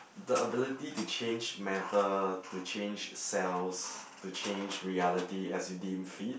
the ability to change matter to change cells to change reality as you deemed fit